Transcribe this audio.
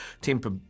Temper